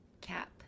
cap